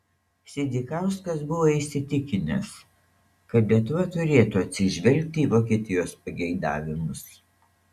sidzikauskas buvo įsitikinęs kad lietuva turėtų atsižvelgti į vokietijos pageidavimus